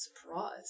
surprise